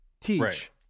teach